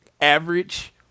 average